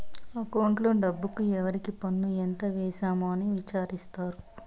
అకౌంట్లో డబ్బుకు ఎవరికి పన్నులు ఎంత వేసాము అని విచారిత్తారు